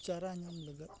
ᱪᱟᱨᱟ ᱧᱟᱢ ᱞᱟᱹᱜᱤᱫ